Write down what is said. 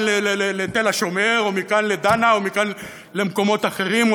לתל השומר או מכאן לדנה או מכאן למקומות אחרים,